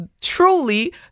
truly